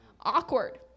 Awkward